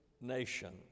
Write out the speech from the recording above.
nation